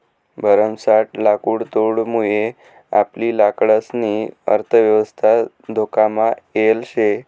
भरमसाठ लाकुडतोडमुये आपली लाकडंसनी अर्थयवस्था धोकामा येल शे